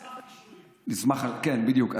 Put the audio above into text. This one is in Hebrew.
כן, בדיוק.